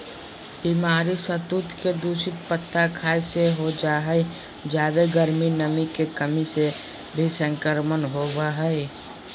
बीमारी सहतूत के दूषित पत्ता खाय से हो जा हई जादे गर्मी, नमी के कमी से भी संक्रमण होवई हई